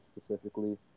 specifically